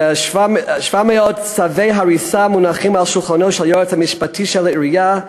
ש-700 צווי הריסה מונחים על שולחנו של היועץ המשפטי של העירייה,